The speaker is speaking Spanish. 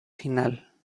final